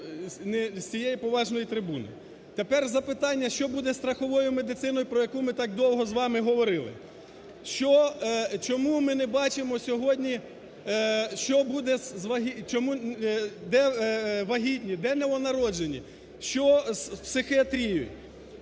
з цієї поважної трибуни? Тепер запитання: що буде зі страховою медициною, про яку ми так довго з вами говорили? Чому ми не бачимо сьогодні, що буде з… де новонароджені? Що з психіатрією?